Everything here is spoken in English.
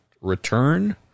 return